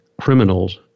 criminals